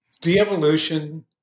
de-evolution